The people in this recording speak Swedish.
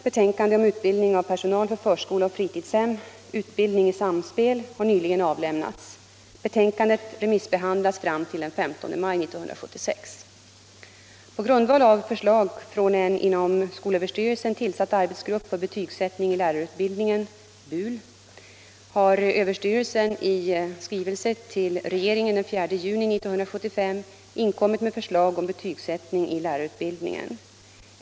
På grundval av förslag från en inom skolöverstyrelsen tillsatt arbetsgrupp för betygsättning i lärarutbildningen har överstyrelsen i skrivelse till regeringen den 4 juni 1975 inkommit med förslag om betygsättning i lärarutbildningen.